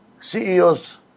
CEOs